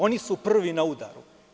Oni su prvi na udaru.